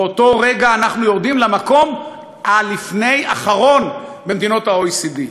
באותו רגע אנחנו יורדים למקום הלפני-אחרון במדינות ה-OECD,